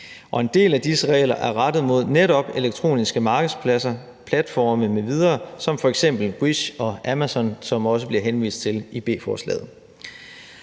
en del af disse regler er rettet mod netop elektroniske markedspladser, platforme m.v., som f.eks. Wish og Amazon, som der også bliver henvist til i B-forslaget.